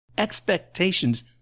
expectations